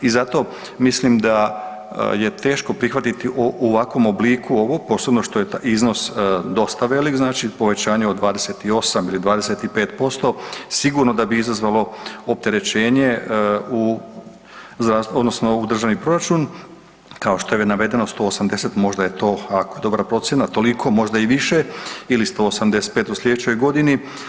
I zato mislim da je teško prihvatiti u ovakvom obliku ovo, posebno što je iznos dosta velik, znači, povećanje od 28 ili 25% sigurno da bi izazvalo opterećenje u Državni proračun, kao što je navedeno 180, možda je to, ako je dobra procjena toliko, možda i više ili 185 u sljedećoj godini.